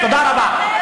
תודה רבה.